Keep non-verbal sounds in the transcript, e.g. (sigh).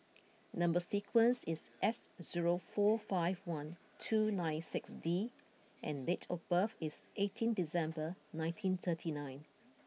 (noise) number sequence is S zero four five one two nine six D and date of birth is eighteen December nineteen thirty nine